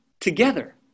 together